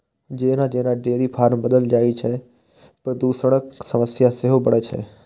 जेना जेना dairy farm बढ़ल जाइ छै, प्रदूषणक समस्या सेहो बढ़ै छै